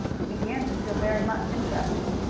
who began to feel very much interested.